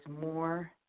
more